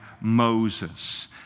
Moses